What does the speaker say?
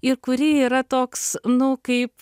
ir kuri yra toks nu kaip